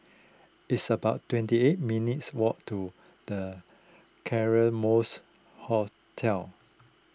it's about twenty eight minutes' walk to the Claremonts Hotel